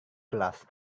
kelas